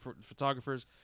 photographers